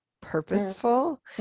purposeful